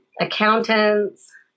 accountants